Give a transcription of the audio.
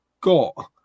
got